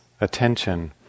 attention